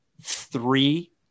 three